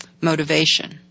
motivation